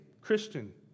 Christian